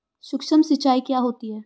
सुक्ष्म सिंचाई क्या होती है?